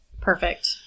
Perfect